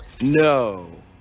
No